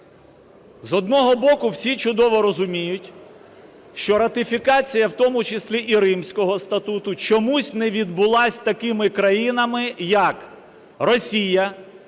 З одного боку всі чудово розуміють, що ратифікація, в тому числі і Римського статуту, чомусь не відбулась такими країнами як Росія,